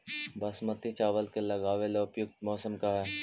बासमती चावल के लगावे ला उपयुक्त मौसम का है?